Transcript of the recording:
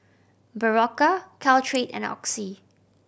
Berocca Caltrate and Oxy